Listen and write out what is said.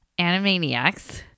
Animaniacs